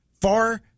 far